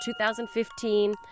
2015